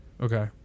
Okay